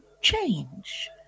change